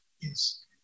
Yes